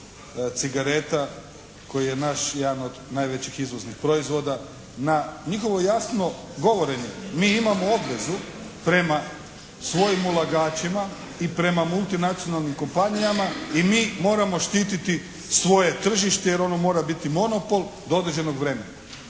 cigareta koji je naš jedan od najvećih izvoznih proizvoda, na njihovo jasno govorenje mi imamo obvezu prema svojim ulagačima i prema multinacionalnim kompanijama i mi moramo štititi svoje tržište jer ono mora biti monopol do određenog vremena.